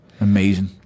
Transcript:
Amazing